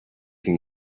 can